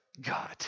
God